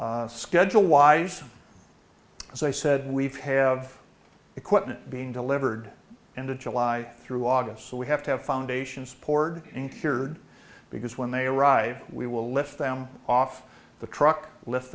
site schedule wise as i said we've have equipment being delivered into july through august so we have to have foundations poured in cured because when they arrive we will lift them off the truck lift